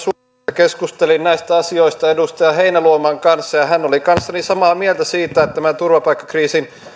keskustelin näistä asioista edustaja heinäluoman kanssa ja hän oli kanssani samaa mieltä siitä että tämä turvapaikkakriisin